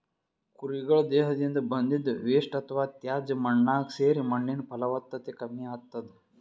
ಕುರಿಗಳ್ ದೇಹದಿಂದ್ ಬಂದಿದ್ದ್ ವೇಸ್ಟ್ ಅಥವಾ ತ್ಯಾಜ್ಯ ಮಣ್ಣಾಗ್ ಸೇರಿ ಮಣ್ಣಿನ್ ಫಲವತ್ತತೆ ಕಮ್ಮಿ ಆತದ್